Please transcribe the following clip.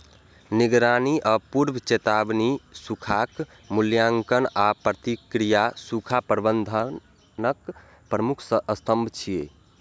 निगरानी आ पूर्व चेतावनी, सूखाक मूल्यांकन आ प्रतिक्रिया सूखा प्रबंधनक प्रमुख स्तंभ छियै